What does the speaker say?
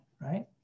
right